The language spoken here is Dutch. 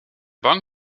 bang